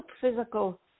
physical